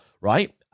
right